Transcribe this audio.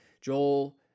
Joel